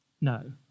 No